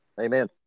Amen